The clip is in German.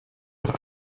auch